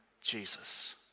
Jesus